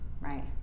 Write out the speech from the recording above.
right